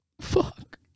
fuck